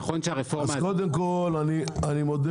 החיסכון שהרפורמה הזאת --- אז קודם כל אני מודה